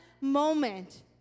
moment